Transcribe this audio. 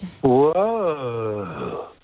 Whoa